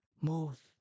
move